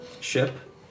ship